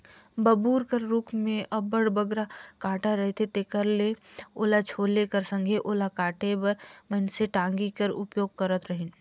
बबूर कर रूख मे अब्बड़ बगरा कटा रहथे तेकर ले ओला छोले कर संघे ओला काटे बर मइनसे टागी कर उपयोग करत रहिन